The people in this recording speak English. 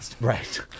Right